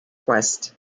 quest